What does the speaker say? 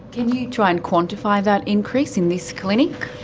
can you try and quantify that increase in this clinic?